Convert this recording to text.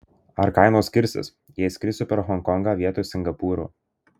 ar kainos skirsis jei skrisiu per honkongą vietoj singapūro